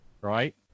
Right